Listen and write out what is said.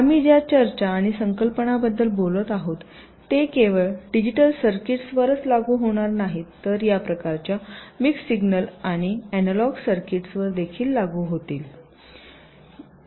आम्ही ज्या चर्चा आणि संकल्पना बद्दल बोलत आहोत ते केवळ डिजिटल सर्किट्स वरच लागू होणार नाहीत तर या प्रकारच्या मिक्स सिग्नल आणि अॅनालॉग सर्किट्स वर देखील लागू होतील